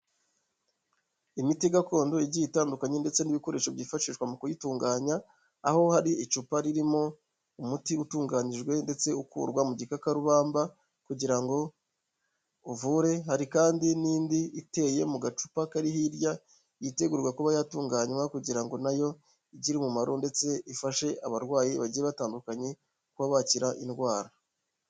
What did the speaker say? Imiti gakondo igiye itandukanye ndetse n'ibikoresho byifashishwa mu kuyitunganya, aho hari icupa ririmo umuti utunganijwe ndetse ukurwa mu gikakarubamba kugira ngo uvure, hari kandi n'indi iteye mu gacupa kari hirya yitegurwa kuba yatunganywa kugira ngo nayo igire umumaro ndetse ifashe abarwayi bagiye batandukanye kuba bakira indwara.